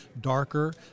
darker